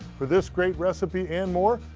for this great recipe and more,